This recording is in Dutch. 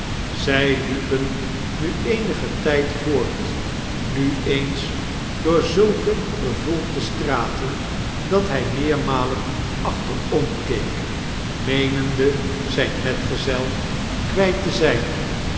zij liepen nu eenigen tijd voort nu eens door zulke bevolkte straten dat hij rueermalen achterom keek meenendo zijn metgezel kwijt te zijn